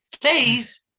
Please